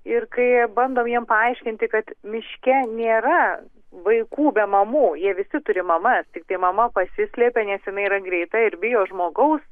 ir kai bandom jam paaiškinti kad miške nėra vaikų be mamų jie visi turi mamas tiktai mama pasislėpė nes jinai yra greita ir bijo žmogaus